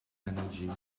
energy